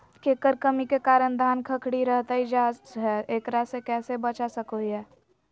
केकर कमी के कारण धान खखड़ी रहतई जा है, एकरा से कैसे बचा सको हियय?